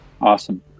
Awesome